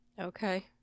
okay